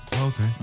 Okay